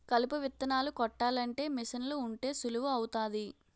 కలుపు విత్తనాలు కొట్టాలంటే మీసన్లు ఉంటే సులువు అవుతాది